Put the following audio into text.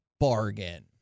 Bargain